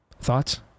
Thoughts